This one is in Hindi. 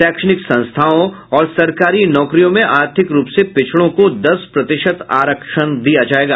शैक्षणिक संस्थाओं और सरकारी नौकरियों में आर्थिक रूप से पिछड़ों को दस प्रतिशत आरक्षण दिया जायेगा